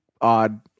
odd